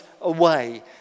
away